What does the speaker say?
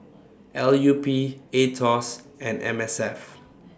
L U P Aetos and M S F